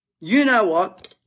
you-know-what